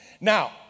Now